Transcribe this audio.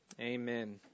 Amen